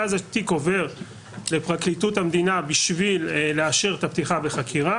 ואז התיק עובר לפרקליטות המדינה בשביל לאשר את הפתיחה בחקירה.